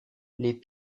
les